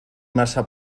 massa